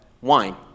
wine